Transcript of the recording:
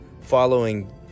following